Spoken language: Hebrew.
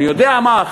אני יודע מה?